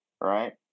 right